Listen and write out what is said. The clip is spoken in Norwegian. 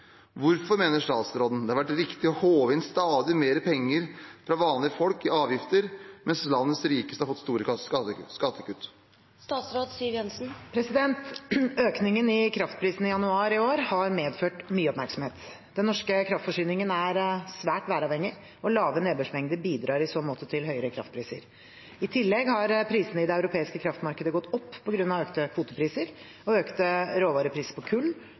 Hvorfor mener statsråden det har vært riktig å håve inn stadig mer penger fra vanlige folk i avgifter, mens landets rikeste har fått store skattekutt?» Økningen i kraftprisen i januar i år har medført mye oppmerksomhet. Den norske kraftforsyningen er svært væravhengig, og lave nedbørsmengder bidrar i så måte til høyere kraftpriser. I tillegg har prisene i det europeiske kraftmarkedet gått opp på grunn av økte kvotepriser og økte råvarepriser på kull,